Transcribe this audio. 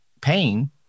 pain